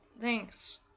thanks